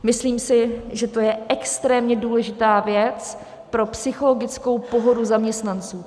Myslím si, že to je extrémně důležitá věc pro psychologickou pohodu zaměstnanců.